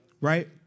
Right